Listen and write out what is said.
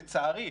לצערי,